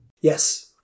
Yes